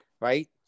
right